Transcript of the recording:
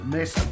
Miss